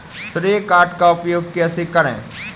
श्रेय कार्ड का उपयोग कैसे करें?